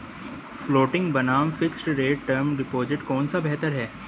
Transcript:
Floating बनाम fixed rate term deposit कौन सा बेहतर है?